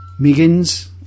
Miggins